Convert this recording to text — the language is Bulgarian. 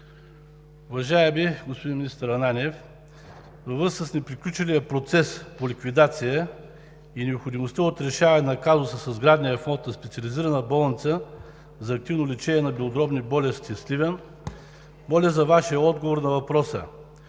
Уважаеми господин министър Ананиев, във връзка с неприключилия процес по ликвидация и необходимостта от решаване на казуса със сградния фонд на Специализирана болница за активно лечение на белодробни болести – Сливен, моля за Вашия отговор на въпроса: